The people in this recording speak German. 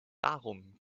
darum